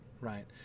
right